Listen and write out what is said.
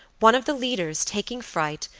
one of the leaders, taking fright,